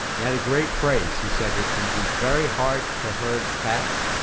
he had a great phrase. he said it can be very hard to herd cats,